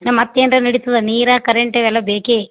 ಮತ್ತೇನಾರ ನಡೀತದೆ ನೀರು ಕರೆಂಟ್ ಇವೆಲ್ಲ ಬೇಕೇ